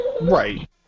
Right